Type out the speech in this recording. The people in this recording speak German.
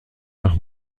nach